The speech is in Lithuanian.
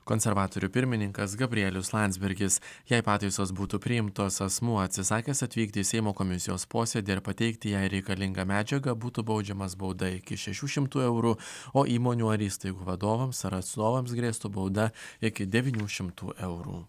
konservatorių pirmininkas gabrielius landsbergis jei pataisos būtų priimtos asmuo atsisakęs atvykti į seimo komisijos posėdį ar pateikti jai reikalingą medžiagą būtų baudžiamas bauda iki šešių šimtų eurų o įmonių ar įstaigų vadovams ar atstovams grėstų bauda iki devynių šimtų eurų